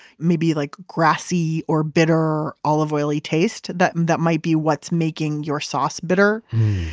maybe like grassy or bitter olive oil-y taste that that might be what's making your sauce bitter.